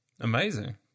Amazing